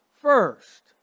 first